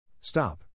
stop